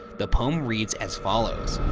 the poem reads as follows.